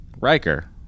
Riker